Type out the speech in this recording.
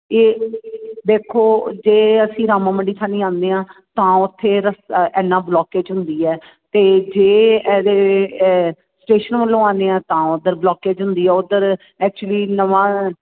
ਇਹ ਦੇਖੋ ਜੇ ਅਸੀਂ ਰਾਮਾ ਮੰਡੀ ਥਾਨੀ ਆਉਂਦੇ ਹਾਂ ਤਾਂ ਉੱਥੇ ਰਸਤਾ ਇੰਨਾ ਬਲੋਕੇਜ ਹੁੰਦੀ ਹੈ ਅਤੇ ਜੇ ਇਹਦੇ ਸਟੇਸ਼ਨ ਵੱਲੋਂ ਆਉਂਦੇ ਹਾਂ ਤਾਂ ਉੱਧਰ ਬਲੋਕੇਜ ਹੁੰਦੀ ਆ ਉੱਧਰ ਐਕਚੁਲੀ ਨਵਾਂ